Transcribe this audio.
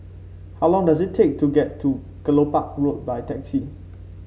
how long does it take to get to Kelopak Road by taxi